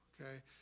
okay